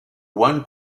one